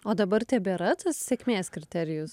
o dabar tebėra tas sėkmės kriterijus